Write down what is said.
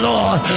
Lord